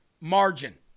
margin